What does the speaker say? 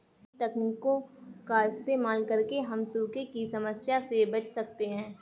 नई तकनीकों का इस्तेमाल करके हम सूखे की समस्या से बच सकते है